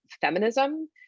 feminism